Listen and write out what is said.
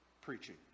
preaching